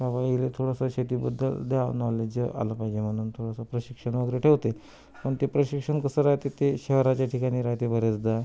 का बा इले थोडंसं शेतीबद्दल द्या नॉलेजं आलं पाहिजे म्हणून थोडंसं प्रशिक्षण वगैरे ठेवते पण ते प्रशिक्षण कसं राहते ते शहराच्या ठिकाणी राहते बऱ्याचदा